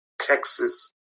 Texas